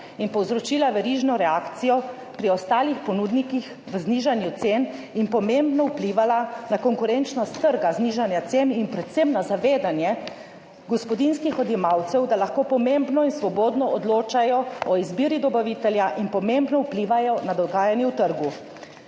in povzročila verižno reakcijo pri ostalih ponudnikih v znižanju cen in pomembno vplivala na konkurenčnost trga, znižanja cen in predvsem na zavedanje gospodinjskih odjemalcev, da lahko pomembno in svobodno odločajo o izbiri dobavitelja in pomembno vplivajo na dogajanje na trgu.